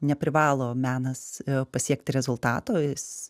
neprivalo menas pasiekti rezultato jis